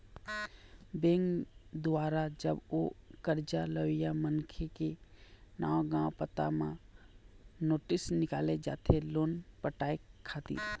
bank दुवारा जब ओ करजा लेवइया मनखे के नांव गाँव पता म नोटिस निकाले जाथे लोन पटाय खातिर